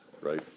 right